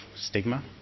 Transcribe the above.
stigma